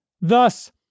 Thus